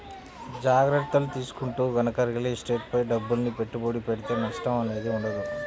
జాగర్తలు తీసుకుంటూ గనక రియల్ ఎస్టేట్ పై డబ్బుల్ని పెట్టుబడి పెడితే నష్టం అనేది ఉండదు